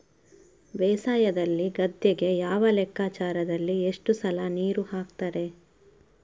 ಬೇಸಾಯದಲ್ಲಿ ಗದ್ದೆಗೆ ಯಾವ ಲೆಕ್ಕಾಚಾರದಲ್ಲಿ ಎಷ್ಟು ಸಲ ನೀರು ಹಾಕ್ತರೆ?